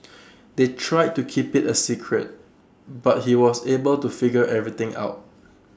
they tried to keep IT A secret but he was able to figure everything out